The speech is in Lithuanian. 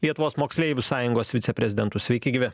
lietuvos moksleivių sąjungos viceprezidentu sveiki gyvi